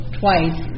twice